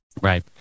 Right